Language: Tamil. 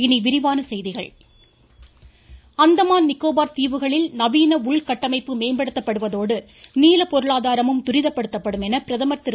இனி விரிவான செய்திகள் பிரதமர் நிக்கோபார் தீவுகளில் நவீன உள்கட்டமைப்பு அந்தமான் மேம்படுத்தப்படுவதோடு நீல பொருளாதாரமும் துரிதப்படுத்தப்படும் என பிரதமர் திரு